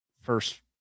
First